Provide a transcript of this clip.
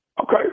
Okay